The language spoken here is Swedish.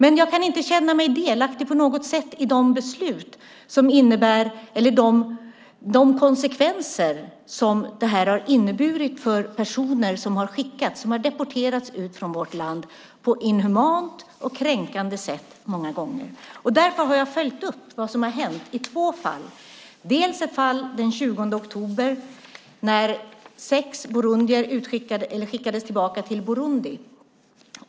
Men jag kan inte på något sätt känna mig delaktig i de konsekvenser som det har inneburit för personer som har deporterats, skickats ut från vårt land, på ett många gånger inhumant och kränkande sätt. Därför har jag följt upp vad som har hänt i två fall. Det ena fallet började den 20 oktober, då sex burundier skickades tillbaka till Burundi.